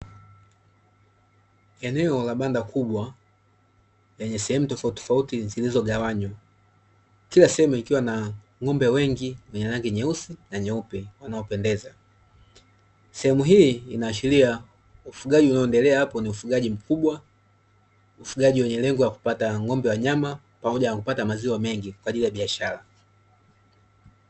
Eneo la banda kubwa lenye sehemu tofautitofauti zilizogawanywa. Kila sehemu ikiwa na ng'ombe wengi wenye rangi nyeusi na nyeupe wanaopendeza. Sehemu hii inaashiria ufugaji unaoendelea hapo ni ufugaji mkubwa, ufugaji wenye lengo la kupata ng'ombe wa nyama, pamoja na kupata maziwa mengi kwa ajili ya biashara.